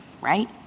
right